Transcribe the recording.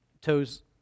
toes